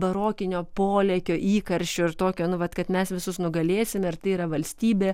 barokinio polėkio įkarščio ir tokio nu vat kad mes visus nugalėsime ir tai yra valstybė